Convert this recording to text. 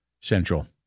Central